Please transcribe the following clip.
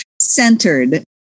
centered